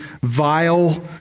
vile